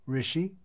Rishi